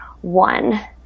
one